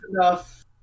enough